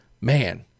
man